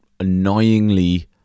annoyingly